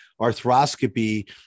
arthroscopy